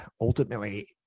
ultimately